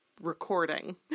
recording